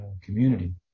community